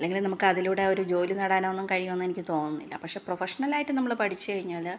അല്ലെങ്കില് നമുക്ക് അതിലൂടെ ഒരു ജോലി നേടാനോ ഒന്നും കഴിയുന്ന് എനിക്ക് തോന്നുന്നില്ല പക്ഷേ പ്രോഫഷനലായിട്ട് നമ്മൾ പഠിച്ച് കഴിഞ്ഞാൽ